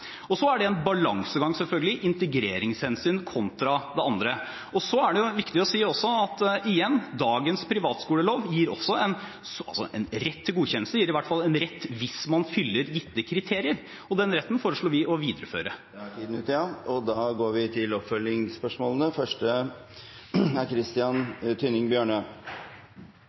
Så er det en balansegang, selvfølgelig, integreringshensyn kontra det andre. Og så er det viktig å si at når dagens privatskolelov gir en rett til godkjennelse, gir det i hvert fall en rett hvis man fyller gitte kriterier, og den retten foreslår vi å videreføre. Det blir oppfølgingsspørsmål – først Christian Tynning Bjørnø. Statsråden har uttalt at en endring av privatskoleloven vil innebære en strengere praksis enn den gamle friskoleloven til